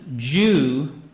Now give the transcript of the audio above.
Jew